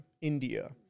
india